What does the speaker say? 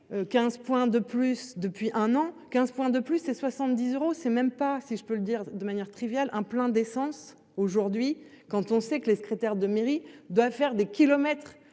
15 points de plus depuis un an, 15 points de plus et 70 euros c'est même pas si je peux le dire de manière triviale, un plein d'essence aujourd'hui quand on sait que les secrétaires de mairie doit faire des kilomètres